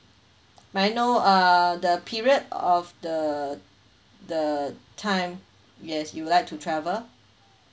may I know uh the period of the the time yes you would like to travel